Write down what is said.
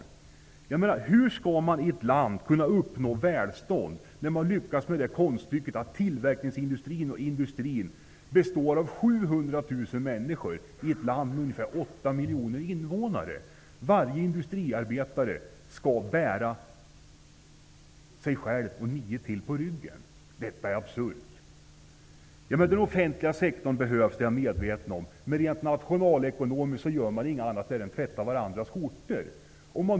Hur skall man kunna uppnå välstånd i ett land med 8 miljoner invånare där man har lyckats med konststycket att tillverkningsindustrin består av 700 000 människor? Varje industriarbetare skall bära sina egna och nio andras bördor på ryggen. Detta är absurt. Jag är medveten om att den offentliga sektorn behövs. Men rent nationalekonomiskt gör människor inget annat än att tvätta varandras skjortor.